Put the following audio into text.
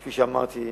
כפי שאמרתי,